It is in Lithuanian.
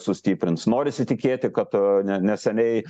sustiprins norisi tikėti kad ne neseniai